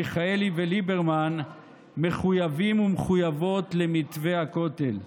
מיכאלי וליברמן, מחויבים ומחויבות למתווה הכותל.